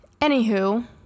Anywho